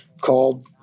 called